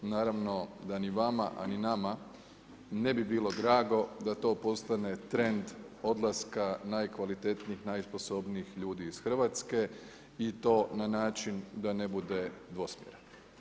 Naravno da ni vama a ni nama, ne bi bilo drago, da to postane trend odlaska, najkvalitetnijih, najsposobnijih ljudi iz Hrvatske i to na način, da ne bude dvosmjeran.